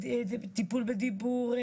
טיפול בדיבור,